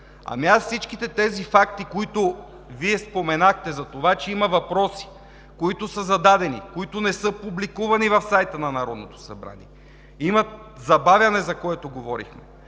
Попов. Всички факти, които споменахте за това, че има въпроси, които са зададени, които не са публикувани в сайта на Народното събрание, че има забавяне, за което говорихме,